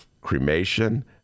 cremation